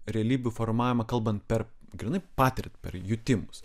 realybių formavimą kalbant per grynai patirtį per jutimus